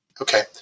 okay